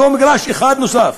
לא מגרש אחד נוסף.